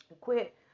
Quit